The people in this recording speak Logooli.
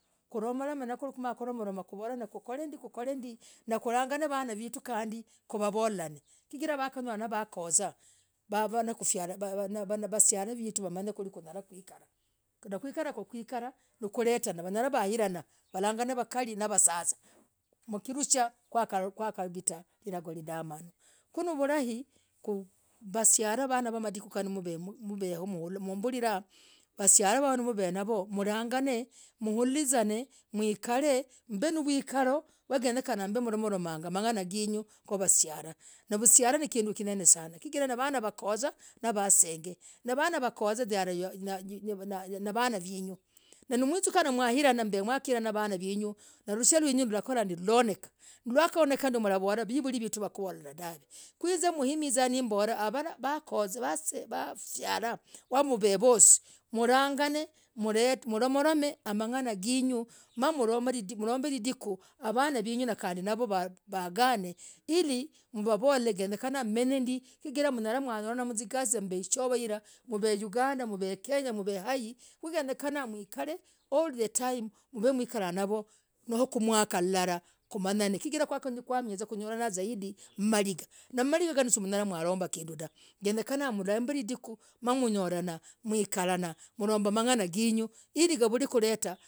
Kuramenye kwiri moromah moromah moromah kukor ndiii kukor ndiii nakulagan vana vituu kandii kulah volanah chigirah na wakanyolahnah na wakozah have na vasialah wasiialah vetuu wamanye kwakwikarah na kwikara kwikara nikuletena wanyolah ulilanah walagen vakalii na vasazaa mkirushia kwaka vitah virango vidamanuu ku. no, nivurahi' vasialah wamadiku nganooh mvem. mveo, mlii, mmbulilah wasiialah nauvenavoo mlagan mlizan mwikare mvemauzanoo wagenyekanah mv nayoo mromb mang'ana ngenuu ya na vusilah ninduu kinene sanah chigirah nivanaa waseng na wakozah navanah wakozah there nivanaa mwizukana mwakuraha mb mwakwirana vana venuu narusia venuu lilakorah ndii lilaonekah kwa kaonandio mkavolah mvili wituu wakuvolelea dahv ku hinz mmizaa nakuvolah ndiii avarah vasialah vakozah nimveo namlomb idikuu ili avanaa vinyuu ili uvavol genyekana mrenye ndii chigirah mnyalah kurolana mgasii na mmb ichovaa mv uganda mv kenya mv haii kungenyekanah mwikare all the time no ku mwakah lulalah kumanyan chigirah kwakakunyii kuranirah maringah maringah ganoh sinyalah kurombah kinduu dahv genyekana mromb idikuu yakunyoranah mromb mang'ana ngenuu ili yavur kurorah.